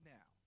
now